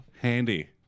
handy